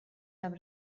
have